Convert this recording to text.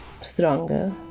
stronger